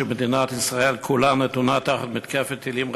כשמדינת ישראל כולה נתונה תחת מתקפת טילים רצחנית,